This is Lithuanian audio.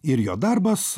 ir jo darbas